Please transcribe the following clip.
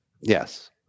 Yes